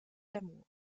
d’amour